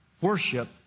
Worship